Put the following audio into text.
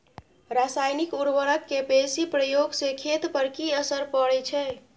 रसायनिक उर्वरक के बेसी प्रयोग से खेत पर की असर परै छै?